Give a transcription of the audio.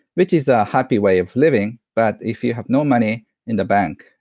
which is a happy way of living, but if you have no money in the bank,